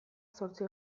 zortzi